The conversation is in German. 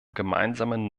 gemeinsamen